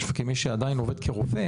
כמי שעדיין עובד כרופא